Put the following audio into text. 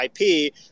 IP